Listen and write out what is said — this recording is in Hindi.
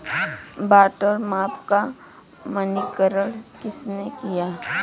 बाट और माप का मानकीकरण किसने किया?